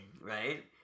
right